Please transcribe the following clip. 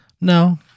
No